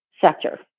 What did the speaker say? sector